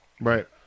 Right